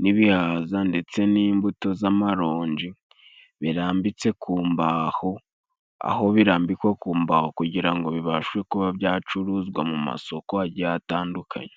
n'ibihaza, ndetse n'imbuto z'amaronji, birambitse ku mbaho. Aho birambikwa ku mbaho kugira ngo bibashe kuba byacuruzwa mu masoko agiye tandukanye.